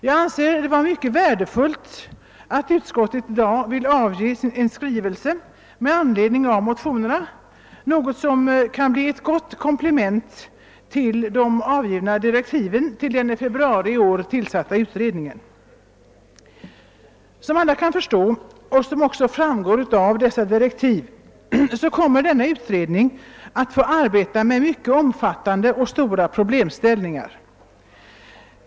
Jag anser det vara mycket värdefullt att utskottet i dag hemställer om en skrivelse med anledning av motionerna, något som kan bli ett gott komplement till de avgivna direktiven till den i februari i år tillsatta utredningen. Som alla förstår — det framgår också av direktiven — kommer utredningen att få arbeta med mycket omfattande problemställningar.